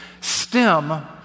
stem